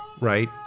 right